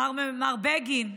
מר בגין,